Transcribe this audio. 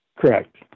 Correct